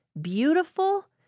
Beautiful